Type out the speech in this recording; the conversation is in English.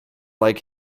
like